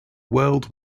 world